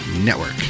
Network